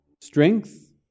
Strength